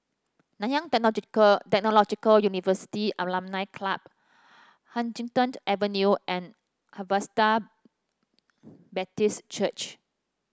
Nanyang Technological University Alumni Club Huddington Avenue and Harvester Baptist Church